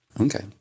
Okay